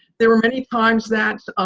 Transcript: there were many times that